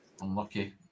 Unlucky